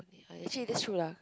actually that's true lah